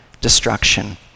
destruction